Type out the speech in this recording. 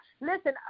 listen